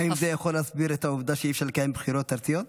האם זה יכול להסביר את העובדה שאי-אפשר לקיים בחירות ארציות?